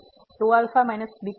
તેથી 2α β6